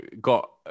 got